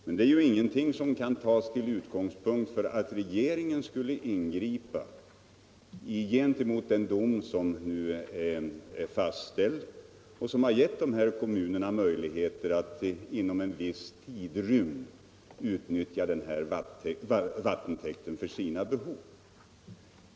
Men det är ju ingenting som kan tas till utgångspunkt för ett regeringsingripande gentemot den dom som är fastställd och som gett dessa kommuner möjlighet att inom en viss tidrymd utnyttja denna vattentäkt för sina behov.